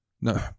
no